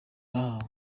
bahawe